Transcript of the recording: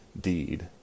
deed